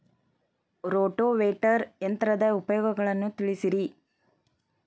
rotavator ಯಂತ್ರದ ಉಪಯೋಗಗಳನ್ನ ತಿಳಿಸಿರಿ